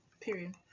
Period